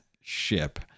ship